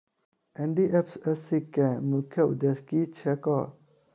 NDFSC केँ मुख्य उद्देश्य की छैक?